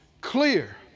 clear